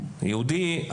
יהודי,